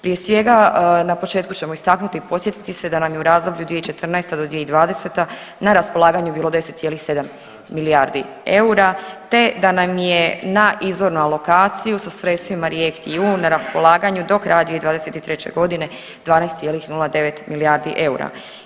Prije svega na početku ćemo istaknuti i podsjetiti se da nam je u razdoblju 2014.-2020. na raspolaganju bilo 10,7 milijardi eura te da nam je na izvornu alokaciju sa sredstvima REACT-EU na raspolaganju do kraja 2023. godine 12,09 milijardi eura.